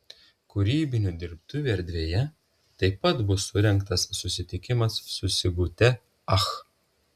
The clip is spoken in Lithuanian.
kūrybinių dirbtuvių erdvėje taip pat bus surengtas susitikimas su sigute ach